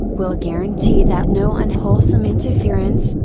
will guarantee that no unwholesome interference,